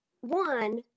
one